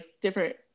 different